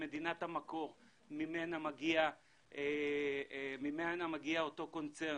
במדינת המקור ממנה מגיע אותו קונצרן,